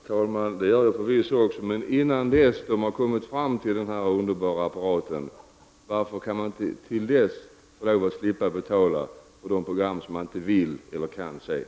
Herr talman! Det gör jag förvisso också. Men varför kan man inte få lov att slippa betala för de program man inte vill eller kan se till dess de har kommit fram till den här underbara apparaten?